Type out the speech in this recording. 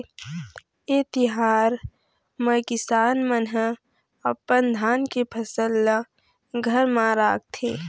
ए तिहार म किसान मन ह अपन धान के फसल ल घर म राखथे